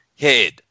head